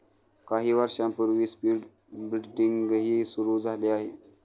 काही वर्षांपूर्वी स्पीड ब्रीडिंगही सुरू झाले आहे